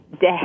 day